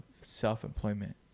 self-employment